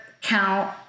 count